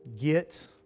get